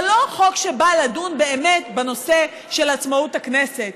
זה לא חוק שבא לדון באמת בנושא של עצמאות הכנסת,